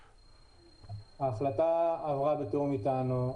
ההחלטה עברה בתיאום איתנו,